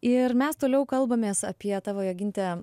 ir mes toliau kalbamės apie tavo joginte